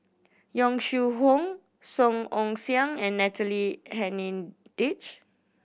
Yong Shu Hoong Song Ong Siang and Natalie Hennedige